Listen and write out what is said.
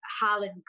Harlan